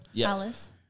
Alice